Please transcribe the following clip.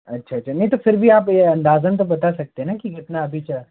अच्छा अच्छा नहीं तो फिर भी आप ये अंदाज़न तो बता सकते है ना कि इतना अभी क्या